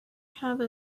have